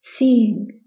seeing